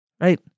right